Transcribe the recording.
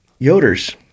Yoders